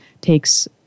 takes